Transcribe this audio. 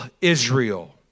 Israel